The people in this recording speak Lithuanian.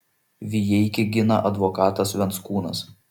vijeikį gina advokatas venckūnas